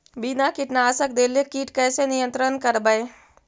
बिना कीटनाशक देले किट कैसे नियंत्रन करबै?